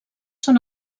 són